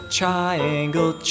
triangle